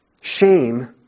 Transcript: Shame